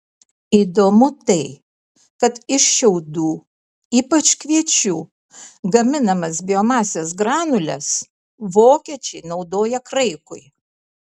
įdomu tai kad iš šiaudų ypač kviečių gaminamas biomasės granules vokiečiai naudoja kraikui